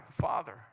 Father